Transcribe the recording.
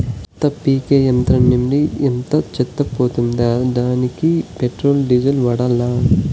చెత్త పీకే యంత్రం నుండి అంతా చెత్త పోతుందా? దానికీ పెట్రోల్, డీజిల్ వాడాలా?